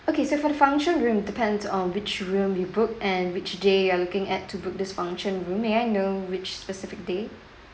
okay so for the function room depends on which room you book and which day you are looking at to book this function room may I know which specific day